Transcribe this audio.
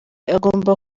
agomba